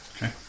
Okay